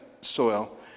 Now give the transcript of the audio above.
soil